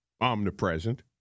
omnipresent